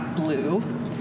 blue